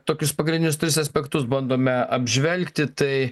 tokius pagrindinius tris aspektus bandome apžvelgti tai